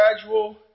gradual